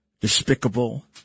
despicable